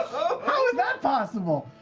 how is that possible?